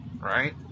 right